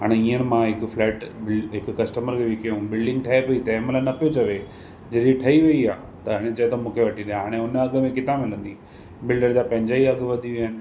हाणे हीअंर मां हिकु फ़्लैट बि हिकु कस्टमर खे विकयूं बिल्डिंग ठहे पई तंहिंमहिल न पियो चवे जॾहिं ठही वई आहे त हाणे चए थो मूंखे वठी ॾे हाणे उन अघि में किथां मिलंदी बिल्डर जा पंहिंजा ई अघि वधी विया आहिनि